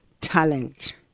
talent